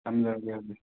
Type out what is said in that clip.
ꯊꯝꯖꯔꯒꯦ ꯑꯗꯨꯗꯤ